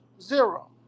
Zero